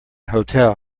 hotel